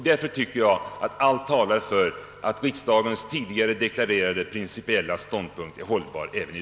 Därför tycker jag allt talar för att riksdagens tidigare deklarerade inställning i denna fråga är hållbar även i